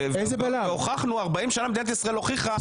40 שנים מדינת ישראל הוכיחה.